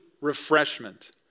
refreshment